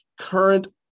current